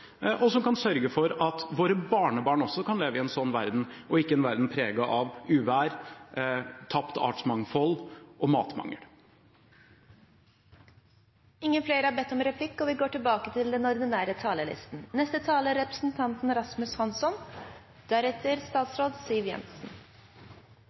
og som kan sørge for at våre barnebarn også kan leve i en sånn verden og ikke i en verden preget av uvær, tapt artsmangfold og matmangel. Replikkordskiftet er over. Jeg skal hilse fra Dolly Talbott. Hun er talsperson for den